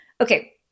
Okay